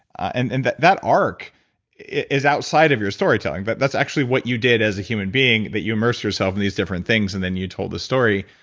and and that that arc is outside of your storytelling, but that's actually what you did as a human being, but you immersed yourself in these different things and then you told the story.